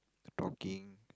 talking